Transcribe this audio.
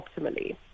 optimally